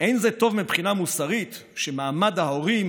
"אין זה טוב מבחינה מוסרית שמעמד ההורים